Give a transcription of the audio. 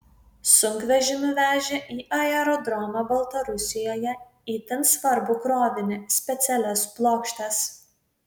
sunkvežimiu vežė į aerodromą baltarusijoje itin svarbų krovinį specialias plokštes